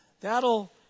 That'll